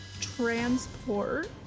transport